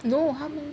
no 他们